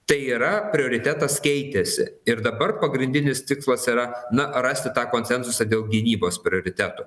tai yra prioritetas keitėsi ir dabar pagrindinis tikslas yra na rasti tą konsensusą dėl gynybos prioritetų